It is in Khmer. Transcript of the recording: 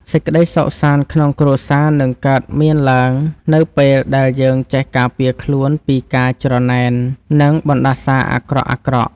សេចក្តីសុខសាន្តក្នុងគ្រួសារនឹងកើតមានឡើងនៅពេលដែលយើងចេះការពារខ្លួនពីការច្រណែននិងបណ្តាសាអាក្រក់ៗ។